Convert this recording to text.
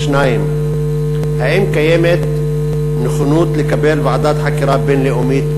2. האם קיימת נכונות לקבל ועדת חקירה בין-לאומית בנדון?